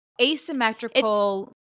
asymmetrical